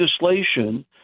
legislation